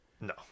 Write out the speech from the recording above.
No